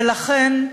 ולכן,